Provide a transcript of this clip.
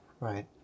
Right